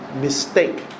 mistake